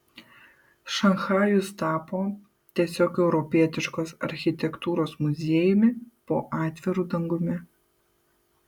šanchajus tapo tiesiog europietiškos architektūros muziejumi po atviru dangumi